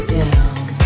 down